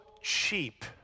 cheap